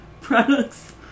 Products